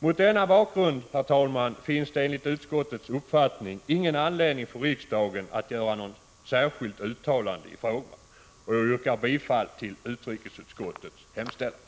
Mot denna bakgrund, herr talman, finns det enligt utskottets uppfattning ingen anledning för riksdagen att göra något särskilt uttalande i frågan. Jag yrkar bifall till utrikesutskottets hemställan.